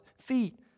feet